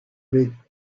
les